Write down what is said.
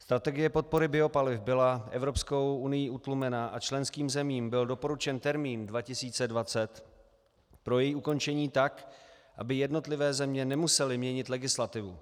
Strategie podpory biopaliv byla Evropskou unií utlumena a členským zemím byl doporučen termín 2020 pro její ukončení tak, aby jednotlivé země nemusely měnit legislativu.